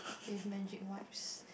with magic wipes